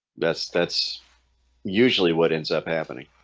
that's that's usually what ends up happening?